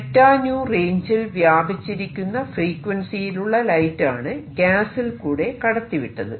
𝚫𝞶 റേഞ്ചിൽ വ്യാപിച്ചിരിക്കുന്ന ഫ്രീക്വൻസിയിലുള്ള ലൈറ്റ് ആണ് ഗ്യാസിൽ കൂടെ കടത്തിവിട്ടത്